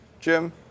Jim